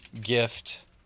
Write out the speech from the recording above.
gift